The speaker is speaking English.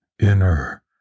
Inner